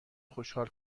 خوشحال